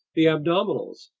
the abdominals,